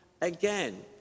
again